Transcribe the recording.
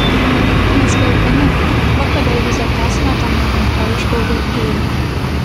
mes gi alkani va kodėl vis dar tęsiame tą melancholišką uvertiūrą